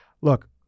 look